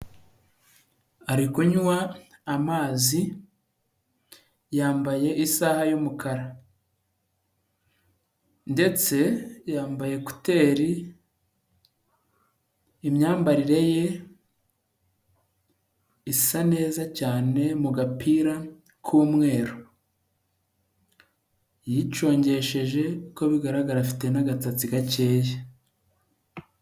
Ari kuywa amazi, yambaye isaha y'umukara, ndetse yambaye kuteri, imyambarire ye, isa neza cyane mu gapira k'umweru, yicongesheje, uko bigaragara afite n'agasatsi gakeye.